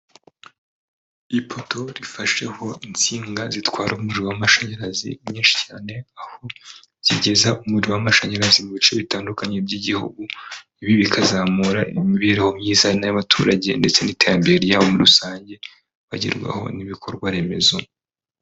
Ipoto rifasheho insinga zitwara umuriro w'amashanyarazi nyinshi cyane, aho zigeza umuriro w'amashanyarazi mu bice bitandukanye by'igihugu, ibi bikazamura imibereho myiza y'abaturage ndetse n'iterambere ryabo muri rusange bagerwaho n'ibikorwa remezo.